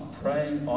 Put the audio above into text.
praying